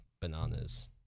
bananas